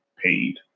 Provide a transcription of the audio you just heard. Paid